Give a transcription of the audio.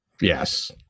Yes